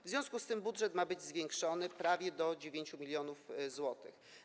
W związku z tym budżet ma być zwiększony prawie do 9 mln zł.